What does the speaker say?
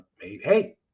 hey